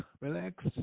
relax